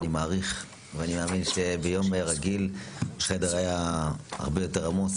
אני מעריך ואני מאמין שביום רגיל החדר היה הרבה יותר עמוס